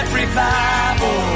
revival